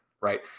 right